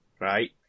right